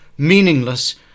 meaningless